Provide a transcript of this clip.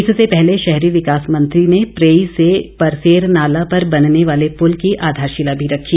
इससे पहले शहरी विकास मंत्री ने प्रेई से परसेर नाला पर बनने वाले पुल की आधारशीला भी रखी